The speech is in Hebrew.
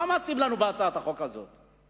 מה מציעים לנו בהצעת החוק הזאת?